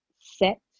set